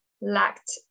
lacked